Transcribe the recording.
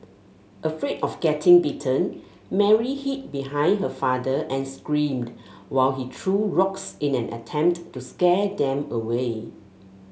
afraid of getting bitten Mary hid behind her father and screamed while he threw rocks in an attempt to scare them away